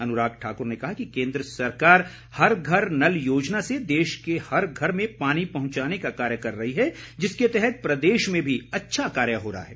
अनुराग ठाक्र ने कहा कि केंद्र सरकार हर घर नल योजना से देश के हर घर में पानी पहुंचाने का कार्य कर रही है जिसके तहत प्रदेश में भी अच्छा कार्य हो रहा है